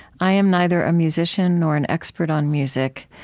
i am neither a musician nor an expert on music.